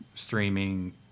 streaming